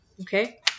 okay